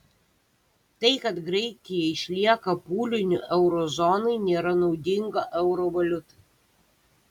tai kad graikija išlieka pūliniu euro zonai nėra naudinga euro valiutai